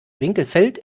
winkelfeld